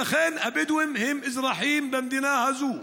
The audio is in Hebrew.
הבדואים הם אזרחים במדינה הזאת.